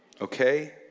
Okay